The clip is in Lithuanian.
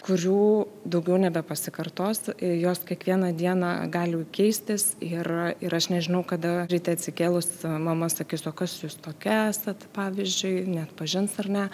kurių daugiau nebepasikartos iros kiekvieną dieną gali keistis ir ir aš nežinau kada ryte atsikėlus mama sakys o kas jūs tokia esat pavyzdžiui neatpažins ar ne